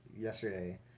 yesterday